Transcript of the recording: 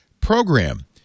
program